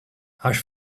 hash